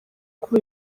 kuri